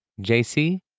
JC